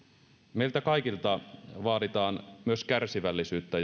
meiltä kaikilta vaaditaan myös kärsivällisyyttä